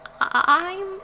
I'm